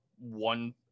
one